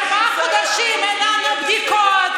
ארבעה חודשים אין לנו בדיקות,